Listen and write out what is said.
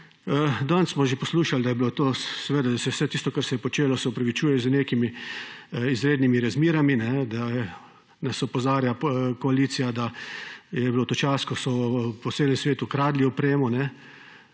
Danes smo že poslušali, da seveda se vse tisto, kar se je počelo, opravičuje z nekimi izrednimi razmerami, nas opozarja koalicija, da je bil to čas, ko so po celem svetu kradli opremo.